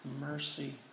mercy